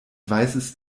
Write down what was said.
weißes